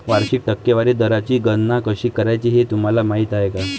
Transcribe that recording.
वार्षिक टक्केवारी दराची गणना कशी करायची हे तुम्हाला माहिती आहे का?